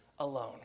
Alone